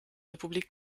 republik